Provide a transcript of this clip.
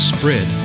Spread